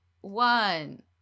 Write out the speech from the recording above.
one